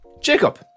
Jacob